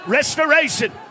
Restoration